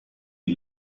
die